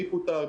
מי פוטר,